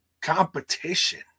competition